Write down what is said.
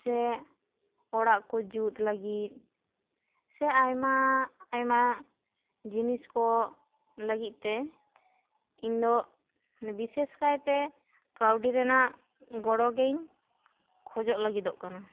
ᱥᱮ ᱚᱲᱟᱜ ᱠᱚ ᱡᱩᱛ ᱞᱟᱹᱜᱤᱫ ᱥᱮ ᱟᱭᱢᱟ ᱟᱭᱢᱟ ᱡᱤᱱᱤᱥ ᱠᱚ ᱞᱟᱹᱜᱤᱫ ᱛᱮ ᱤᱧ ᱫᱚ ᱵᱤᱥᱮᱥᱠᱟᱭ ᱛᱮ ᱠᱟᱹᱣᱰᱤ ᱨᱮᱱᱟᱜ ᱜᱚᱲᱚ ᱜᱮᱧ ᱠᱷᱚᱡᱚᱜ ᱞᱟᱹᱜᱤᱫᱚᱜ ᱠᱟᱱᱟ